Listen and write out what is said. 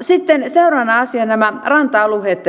sitten seuraavana asiana nämä ranta alueet